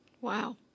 Wow